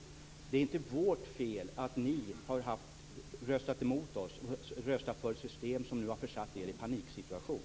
Det är inte vårt fel att ni har röstat emot oss och för ett system som har försatt er i en paniksituation.